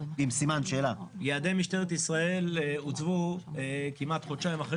יעדי משטרת ישראל הוצבו כמעט חודשיים אחרי